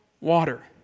water